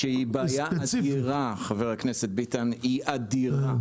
שהיא בעיה אדירה, חבר הכנסת ביטן, היא אדירה.